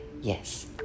Yes